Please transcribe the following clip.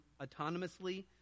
autonomously